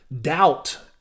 doubt